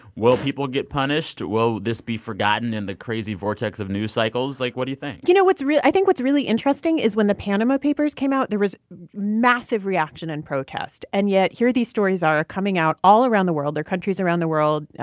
will people get punished? will this be forgotten in the crazy vortex of news cycles? like, what do you think? you know, what's real i think what's really interesting is when the panama papers, came out there was massive reaction and protest. and yet here these stories are coming out all around the world. there are countries around the world,